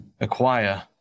acquire